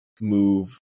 move